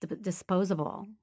disposable